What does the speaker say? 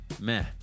meh